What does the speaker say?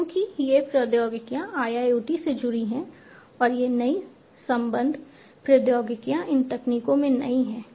क्योंकि ये प्रौद्योगिकियां IIoT से जुड़ी हैं और ये नई संबद्ध प्रौद्योगिकियां इन तकनीकों में नई हैं